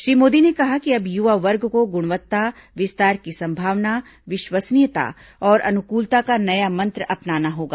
श्री मोदी ने कहा कि अब युवा वर्ग को गुणवत्ता विस्तार की संभावना विश्वसनीयता और अनुकूलता का नया मंत्र अपनाना होगा